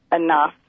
enough